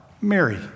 Mary